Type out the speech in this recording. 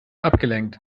abgelenkt